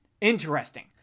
Interesting